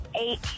Eight